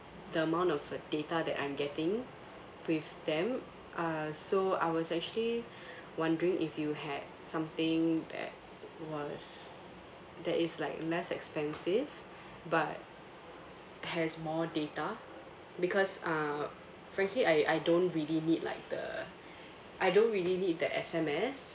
the amount of data that I'm getting with them uh so I was actually wondering if you have something that was that is like less expensive but has more data because uh frankly I I don't really need like the I don't really need the S_M_S